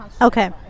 Okay